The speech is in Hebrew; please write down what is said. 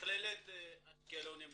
מכללת אשקלון.